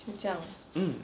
mm